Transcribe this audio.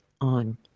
on